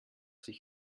sich